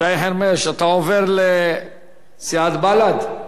שי חרמש, אתה עובר לסיעת בל"ד?